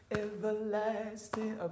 everlasting